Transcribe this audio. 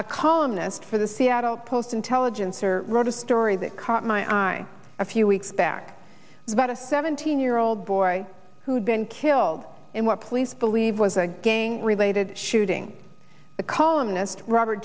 a columnist for the seattle post intelligencer wrote a story that caught my eye i a few weeks back that a seventeen year old boy who'd been killed in what police believe was a gang related shooting a columnist robert